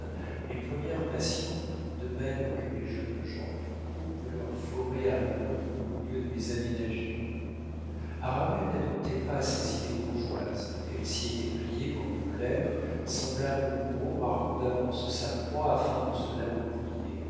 les premières passions de même que les jeunes gens coupent leurs forêts à blanc au lieu de les aménager arabelle n'adoptait pas ces idées bourgeoises elle s'y était pliée pour me plaire semblable au bourreau marquant d'avance sa proie afin de se l'approprier